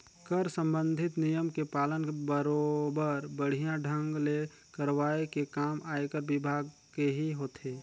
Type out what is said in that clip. कर संबंधित नियम के पालन बरोबर बड़िहा ढंग ले करवाये के काम आयकर विभाग केही होथे